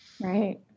Right